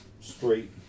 straight